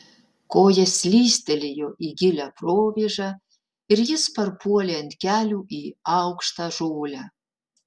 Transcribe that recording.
koja slystelėjo į gilią provėžą ir jis parpuolė ant kelių į aukštą žolę